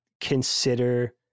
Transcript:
consider